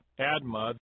Admud